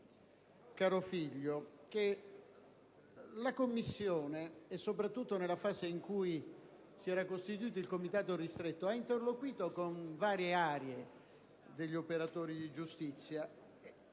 Carofiglio che la Commissione, soprattutto nella fase in cui si era costituito il Comitato ristretto, ha interloquito con varie aree degli operatori di giustizia